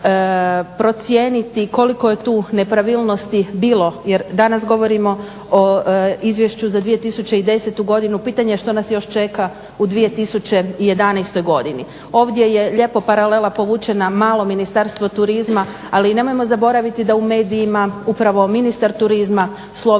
procijeniti koliko je tu nepravilnosti bilo jer danas govorimo o Izvješću za 2010. godinu, pitanje je što nas još čeka u 2011. godini? Ovdje je lijepo paralela povučena malo Ministarstvo turizma ali nemojmo zaboraviti da u medijima upravo ministar turizma slovi kao